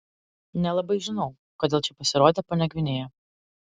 nelabai žinau kodėl čia pasirodė ponia gvinėja